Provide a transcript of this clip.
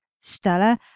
Stella